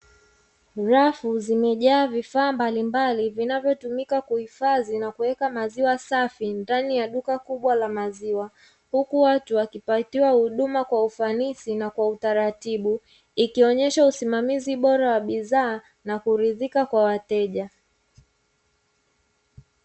Rafu zimejaa vifaa mbalimbali huku wakipatiwa huduma za maziwa